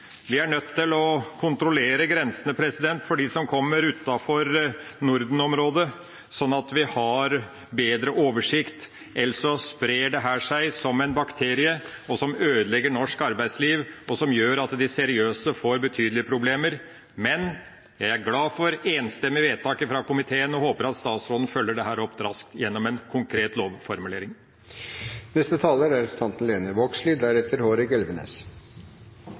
vi må legge til side naiviteten, vi er nødt til å kontrollere grensene for dem som kommer fra utenfor Norden-området, sånn at vi har bedre oversikt, ellers sprer dette seg som en bakterie, ødelegger norsk arbeidsliv og gjør at de seriøse får betydelige problemer. Men jeg er glad for et enstemmig vedtak fra komiteen og håper at statsråden følger dette opp raskt gjennom en konkret